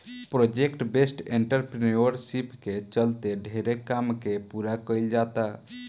project based entrepreneurship के चलते ढेरे काम के पूरा कईल जाता